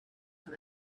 for